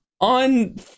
on